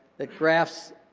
the graphs,